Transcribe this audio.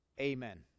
Amen